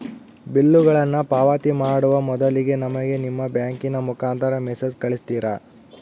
ಬಿಲ್ಲುಗಳನ್ನ ಪಾವತಿ ಮಾಡುವ ಮೊದಲಿಗೆ ನಮಗೆ ನಿಮ್ಮ ಬ್ಯಾಂಕಿನ ಮುಖಾಂತರ ಮೆಸೇಜ್ ಕಳಿಸ್ತಿರಾ?